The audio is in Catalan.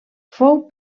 fou